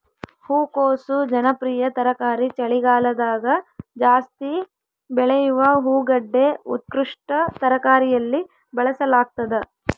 ಹೂಕೋಸು ಜನಪ್ರಿಯ ತರಕಾರಿ ಚಳಿಗಾಲದಗಜಾಸ್ತಿ ಬೆಳೆಯುವ ಹೂಗಡ್ಡೆ ಉತ್ಕೃಷ್ಟ ತರಕಾರಿಯಲ್ಲಿ ಬಳಸಲಾಗ್ತದ